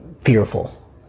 fearful